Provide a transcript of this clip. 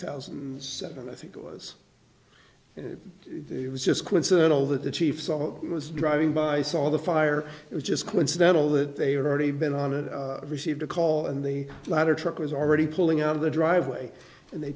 thousand and seven i think was it was just coincidental that the chief salt was driving by saw the fire it was just coincidental that they were already been on it i received a call and the ladder truck was already pulling out of the driveway and they